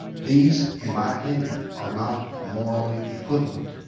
these, in my opinion, are not morally equivalent.